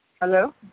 Hello